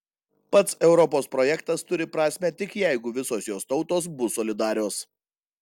pats europos projektas turi prasmę tik jeigu visos jos tautos bus solidarios